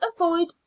avoid